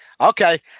Okay